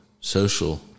social